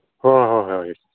ꯍꯣꯏ ꯍꯣꯏ ꯍꯣꯏ